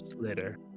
later